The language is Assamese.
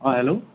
অঁ হেল্ল'